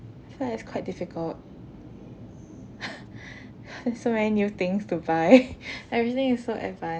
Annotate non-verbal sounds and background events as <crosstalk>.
so it's quite difficult <laughs> so many new things to buy <laughs> everything is so advanced